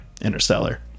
interstellar